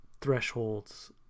thresholds